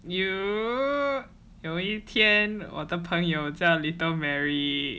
you 有一天我的朋友叫 little mary